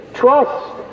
trust